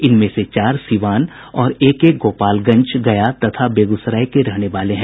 इनमें से चार सीवान और एक एक गोपालगंज गया तथा बेगूसराय के रहने वाले हैं